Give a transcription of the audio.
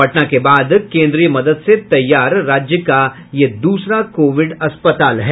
पटना के बाद केंद्रीय मदद से तैयार राज्य का यह दूसरा कोविड अस्पताल है